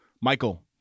Michael